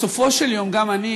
בסופו של יום גם אני,